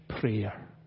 prayer